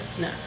No